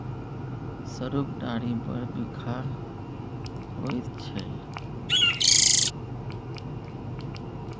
सरुक डारि बड़ बिखाह होइत छै